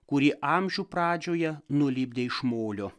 kurį amžių pradžioje nulipdė iš molio